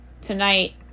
tonight